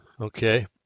Okay